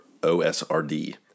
OSRD